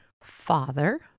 father